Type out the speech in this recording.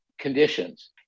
conditions